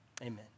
Amen